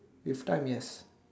with time yes